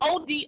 OD